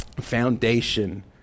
foundation